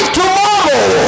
tomorrow